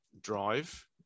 drive